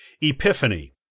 Epiphany